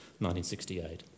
1968